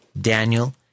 Daniel